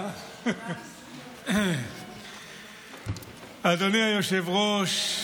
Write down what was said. אדוני היושב-ראש,